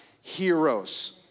heroes